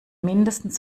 mindestens